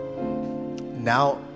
now